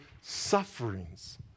sufferings